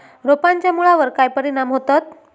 रोपांच्या मुळावर काय परिणाम होतत?